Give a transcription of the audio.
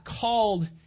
called